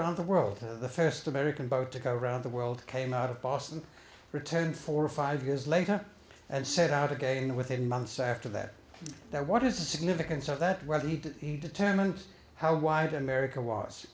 around the world the first american boat to go around the world came out of boston returned four or five years later and set out again within months after that there what is the significance of that whether he'd determined how wide america was